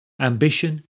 Ambition